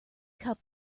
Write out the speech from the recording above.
cup